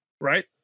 right